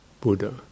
Buddha